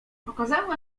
okazało